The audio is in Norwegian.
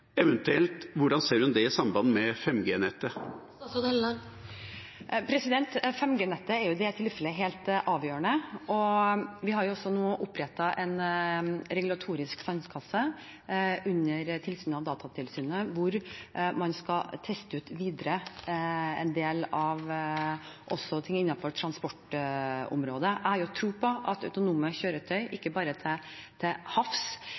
hvordan ser hun det i samband med 5G-nettet? 5G-nettet er i det tilfellet helt avgjørende, og vi har nå opprettet en regulatorisk sandkasse under Datatilsynet der man skal teste ut videre en del ting, også innenfor transportområdet. Jeg har tro på at autonome kjøretøy, ikke bare til havs,